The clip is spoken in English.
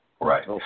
Right